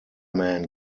man